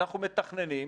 אנחנו מתכננים.